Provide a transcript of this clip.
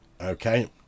okay